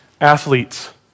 Athletes